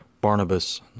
Barnabas